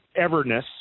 everness